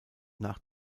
nach